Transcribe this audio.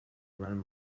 run